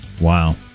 Wow